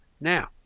Now